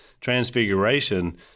transfiguration